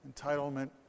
Entitlement